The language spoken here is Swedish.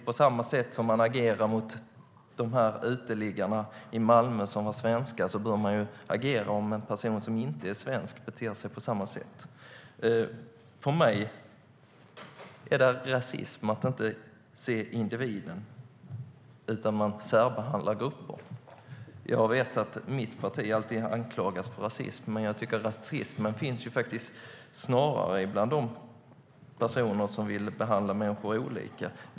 På samma sätt som man agerar mot de svenska uteliggarna i Malmö bör man agera mot en person som inte är svensk när personen beter sig likadant. För mig är det rasism att inte se individen och att särbehandla grupper. Jag vet att mitt parti alltid anklagas för rasism, men rasismen finns ju snarare bland de personer som vill behandla människor olika.